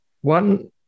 one